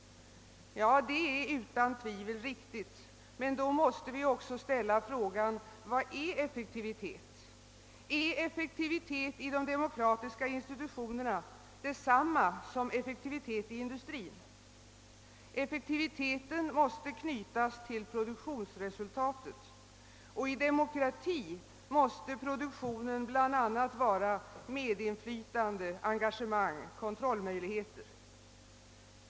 Ja, det är utan tvivel riktigt, men då måste vi också ställa frågan: Vad är effektivitet? Är effektivitet i de demokratiska institutionerna detsamma som effektivitet i industrin? Effektiviteten måste knytas till produktionsresultatet, och i en demokrati måste »produktionen» bl.a. vara medinflytande, engagemang, kontrollmöjligheter.